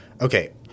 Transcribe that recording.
Okay